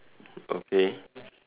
okay